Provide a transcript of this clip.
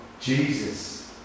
Jesus